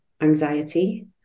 anxiety